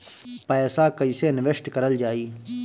पैसा कईसे इनवेस्ट करल जाई?